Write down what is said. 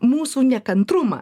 mūsų nekantrumą